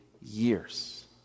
years